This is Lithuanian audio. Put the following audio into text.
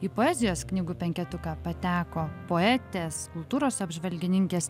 į poezijos knygų penketuką pateko poetės kultūros apžvalgininkės